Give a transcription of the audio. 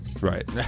Right